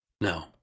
No